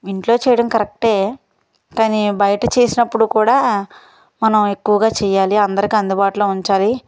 ఇంట్లో చేయడం కరక్టే కానీ బయట చేసినప్పుడు కూడా మనం ఎక్కువగా చెయ్యాలి అందరికీ అందుబాటులో ఉంచాలి